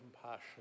compassion